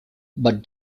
but